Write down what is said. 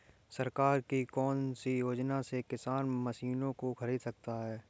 सरकार की कौन सी योजना से किसान मशीनों को खरीद सकता है?